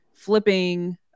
flipping